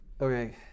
okay